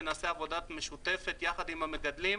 ונעשה עשה עבודה משותפת יחד עם המגדלים,